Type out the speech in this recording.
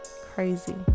Crazy